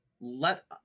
let